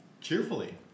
cheerfully